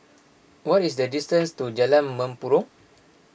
what is the distance to Jalan Mempurong